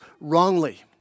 wrongly